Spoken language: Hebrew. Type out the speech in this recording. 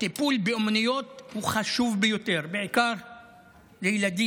טיפול באומנויות הוא חשוב ביותר, בעיקר לילדים,